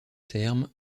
termes